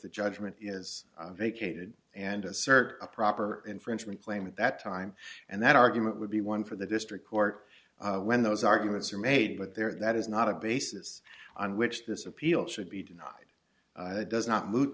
the judgment is vacated and assert a proper infringement claim at that time and that argument would be won for the district court when those arguments are made but there that is not a basis on which this appeal should be denied does not moot